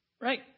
Right